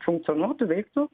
funkcionuotų veiktų